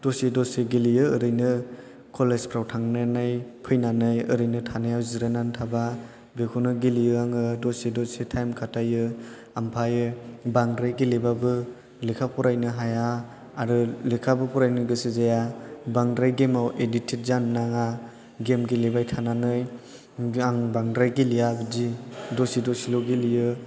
दसे दसे गेलेयो ओरैनो कलेजफ्राव थांनानै फैनानै ओरैनो थानायाव जिरायनानै थाबा बेखौनो गेलेयो आङो दसे दसे टाइम खाथायो ओमफ्राय बांद्राय गेलेबाबो लेखा फरायनो हाया आरो लेखाबो फरायनो गोसो जाया बांद्राय गेमाव एडिकटेड जानो नाङा गेम गेलेबाय थानानै आं बांद्राय गेलेआ बिदि दसे दसेल' गेलेयो